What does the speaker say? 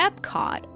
Epcot